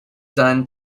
done